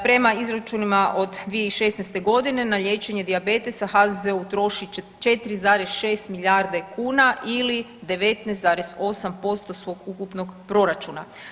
Prema izračunima od 2016. godine na liječenje dijabetesa HZZO utroši 4,6 milijarde kuna ili 19,8% svog ukupnog proračuna.